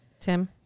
Tim